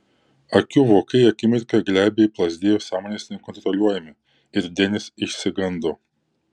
akių vokai akimirką glebiai plazdėjo sąmonės nekontroliuojami ir denis išsigando